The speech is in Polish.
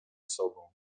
sobą